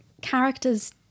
characters